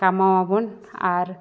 ᱠᱟᱢᱟᱣ ᱟᱵᱚᱱ ᱟᱨ